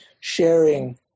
sharing